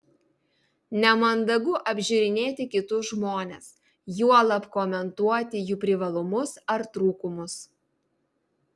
nemandagu apžiūrinėti kitus žmones juolab komentuoti jų privalumus ar trūkumus